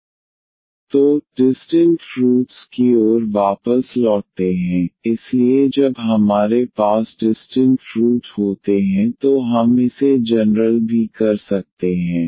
dnydxna1dn 1ydxn 1any0 तो distinct roots की ओर वापस लौटते हैं इसलिए जब हमारे पास डिस्टिंक्ट रूट होते हैं तो हम इसे जनरल भी कर सकते हैं